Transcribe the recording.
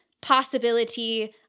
possibility